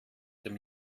dem